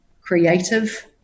creative